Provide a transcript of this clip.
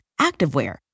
activewear